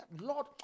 Lord